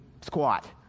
squat